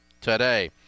today